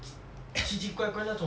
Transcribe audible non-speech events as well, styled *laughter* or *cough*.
*noise* 奇奇怪怪那种不懂